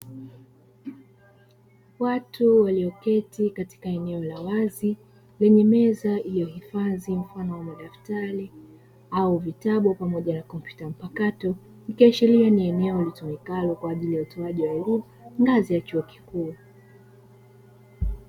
Watu walioketi katika eneo la wazi, lenye meza iliyohifadhi mfano wa madaftrai au vitabu pamoja na kompyuta mpakato. Ikiashiria ni eneo litumikalo kwa ajili ya utoaji wa elimu, ngazi ya chuo kikuu.